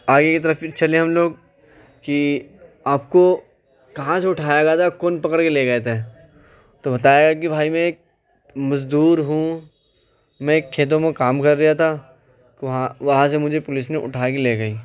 آگے کی طرف پھر چلے ہم لوگ کہ آپ کو کہاں سے اٹھایا گیا تھا کون پکڑ کے لے گئے تھے تو بتایا کہ بھائی میں اک مزدور ہوں میں اک کھیتوں میں کام کر رہا تھا کہ وہاں وہاں سے مجھے پولیس نے اٹھا کے لے گئی